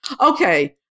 Okay